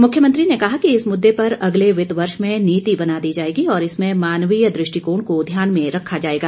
मुख्यमंत्री ने कहा कि इस मुद्दे पर अगले वित्त वर्ष में नीति बना दी जाएगी और इसमें मानवीय दृष्टिकोण को ध्यान में रखा जाएगा